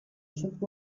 ship